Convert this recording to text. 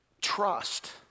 trust